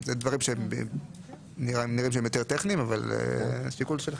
הדברים שם נראים יותר טכניים, אבל זה השיקול שלכם,